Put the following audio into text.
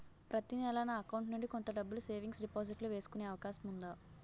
ప్రతి నెల నా అకౌంట్ నుండి కొంత డబ్బులు సేవింగ్స్ డెపోసిట్ లో వేసుకునే అవకాశం ఉందా?